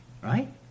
Right